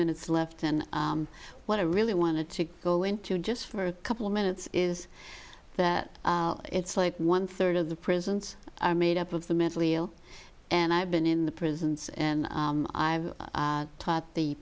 minutes left and what i really wanted to go into just for a couple minutes is that it's like one third of the prisons i made up of the mentally ill and i've been in the prisons and i've taught the